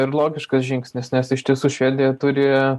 ir logiškas žingsnis nes iš tiesų švedija turi